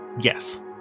Yes